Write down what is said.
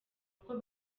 uko